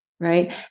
Right